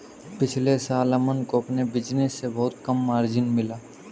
पिछले साल अमन को अपने बिज़नेस से बहुत कम मार्जिन मिला